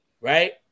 right